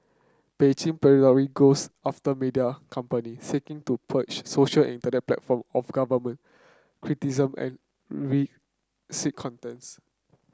Beijing periodically goes after media company seeking to purge social and internet platform of government criticism and